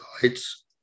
guides